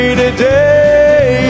today